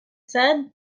said